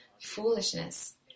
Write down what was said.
foolishness